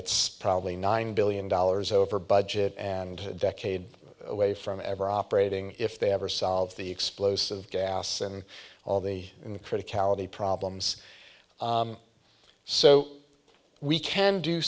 it's probably nine billion dollars over budget and a decade away from ever operating if they ever solve the explosive gas and all the in the critic ality problems so we can do